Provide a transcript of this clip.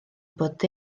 bod